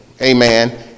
amen